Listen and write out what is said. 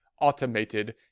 Automated